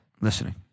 Listening